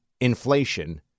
inflation